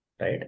right